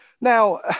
Now